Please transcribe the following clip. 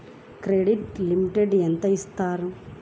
Credit limit ఎంత ఇస్తారు?